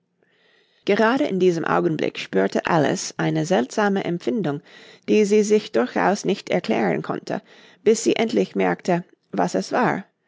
gerade in diesem augenblick spürte alice eine seltsame empfindung die sie sich durchaus nicht erklären konnte bis sie endlich merkte was es war